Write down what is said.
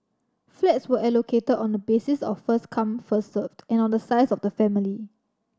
flats were allocated on the basis of first come first served and on the size of the family